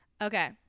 Okay